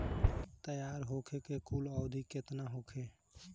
तैयार होखे के कुल अवधि केतना होखे?